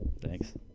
Thanks